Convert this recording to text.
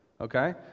okay